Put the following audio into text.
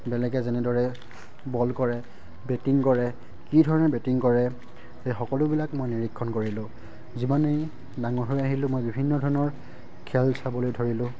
বেলেগে যেনেদৰে বল কৰে বেটিং কৰে কি ধৰণে বেটিং কৰে এই সকলোবিলাক মই নিৰীক্ষণ কৰিলোঁ যিমানেই ডাঙৰ হৈ আহিলোঁ মই বিভিন্ন ধৰণৰ খেল চাবলৈ ধৰিলোঁ